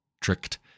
tricked